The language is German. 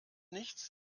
nichts